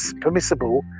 permissible